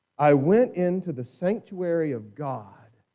i went into the sanctuary of god